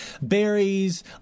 Berries